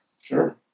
Sure